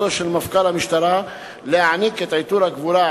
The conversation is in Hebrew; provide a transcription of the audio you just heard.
בסמכותו של מפכ"ל המשטרה להעניק את עיטור הגבורה,